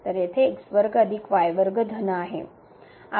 तर येथे धन आहे